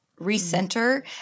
recenter